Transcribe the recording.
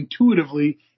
intuitively